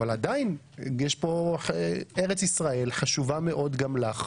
עדיין, ארץ ישראל חשובה מאוד גם לך,